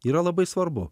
yra labai svarbu